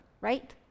Right